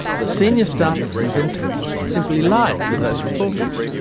the senior staff at st vincent's simply lied to those reporters.